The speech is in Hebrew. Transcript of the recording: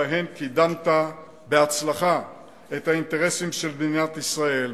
ובהן קידמת בהצלחה את האינטרסים של מדינת ישראל.